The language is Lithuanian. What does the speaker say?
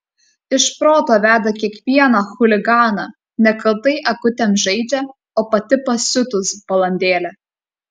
iš proto veda kiekvieną chuliganą nekaltai akutėm žaidžia o pati pasiutus balandėlė